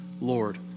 Lord